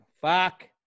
fuck